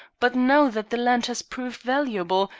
but now that the land has proved valuable,